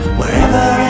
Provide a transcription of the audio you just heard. Wherever